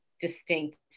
distinct